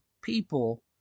people